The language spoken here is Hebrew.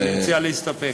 אני מציע להסתפק.